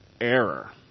error